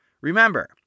Remember